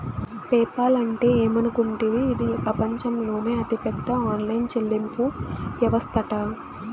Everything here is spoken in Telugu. పేపాల్ అంటే ఏమనుకుంటివి, ఇది పెపంచంలోనే అతిపెద్ద ఆన్లైన్ చెల్లింపు యవస్తట